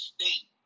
State